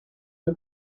you